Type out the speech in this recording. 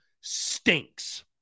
stinks